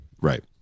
Right